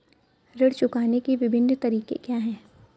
ऋण चुकाने के विभिन्न तरीके क्या हैं?